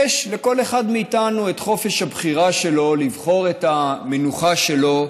יש לכל אחד מאיתנו את חופש הבחירה שלו לבחור את המנוחה שלו,